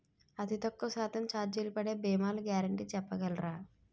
అతి తక్కువ శాతం ఛార్జీలు పడే భీమాలు గ్యారంటీ చెప్పగలరా?